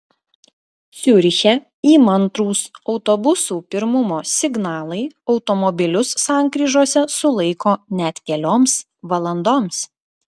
ciuriche įmantrūs autobusų pirmumo signalai automobilius sankryžose sulaiko net kelioms valandoms